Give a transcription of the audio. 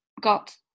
got